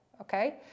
Okay